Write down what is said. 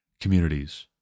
communities